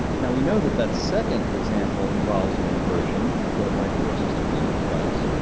now we know that that second example involves an inversion, though it might force us to read it twice,